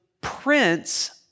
prince